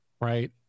right